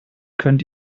könnt